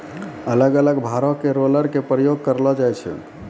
अलग अलग भारो के रोलर के प्रयोग करलो जाय छै